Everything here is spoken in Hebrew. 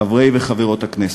חברי וחברות הכנסת,